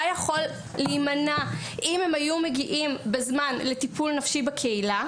יכול להימנע אם הם היו מגיעים בזמן לטיפול נפשי בקהילה.